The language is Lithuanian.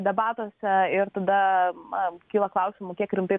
debatuose ir tada man kyla klausimų kiek rimtai